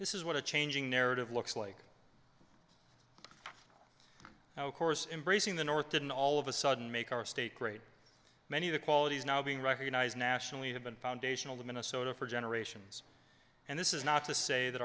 this is what a changing narrative looks like now of course embracing the north didn't all of a sudden make our state great many of the qualities now being recognized nationally have been foundational to minnesota for generations and this is not to say that